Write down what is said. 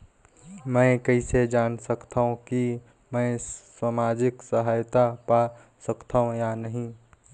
मै कइसे जान सकथव कि मैं समाजिक सहायता पा सकथव या नहीं?